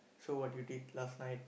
so what you did last night